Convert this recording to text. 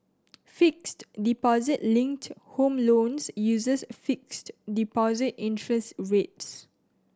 fixed deposit linked home loans uses fixed deposit interest rates